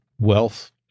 wealth